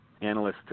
analysts